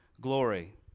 glory